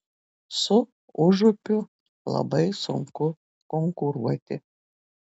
su užupiu labai sunku konkuruoti